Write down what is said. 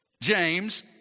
James